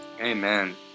Amen